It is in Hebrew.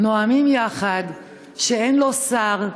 נואמים יחד כשאין לא שר,